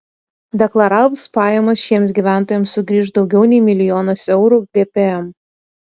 deklaravus pajamas šiems gyventojams sugrįš daugiau nei milijonas eurų gpm